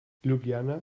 ljubljana